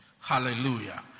Hallelujah